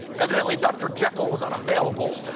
evidently, dr. jekyll was unavailable.